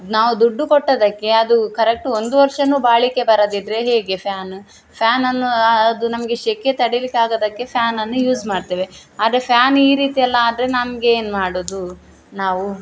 ನಾವು ದುಡ್ಡು ಕೊಟ್ಟಿದ್ದಕ್ಕೆ ಅದು ಕರೆಕ್ಟ್ ಒಂದು ವರ್ಷನೂ ಬಾಳಿಕೆ ಬರದಿದ್ದರೆ ಹೇಗೆ ಫ್ಯಾನ ಫ್ಯಾನನ್ನು ಅದು ನಮಗೆ ಸೆಖೆ ತಡಿಯಲಿಕ್ಕೆ ಆಗದಕ್ಕೆ ಫ್ಯಾನನ್ನು ಯೂಸ್ ಮಾಡ್ತೇವೆ ಆದರೆ ಫ್ಯಾನ್ ಈ ರೀತಿಯೆಲ್ಲ ಆದರೆ ನಮ್ಗೇನು ಮಾಡೋದು ನಾವು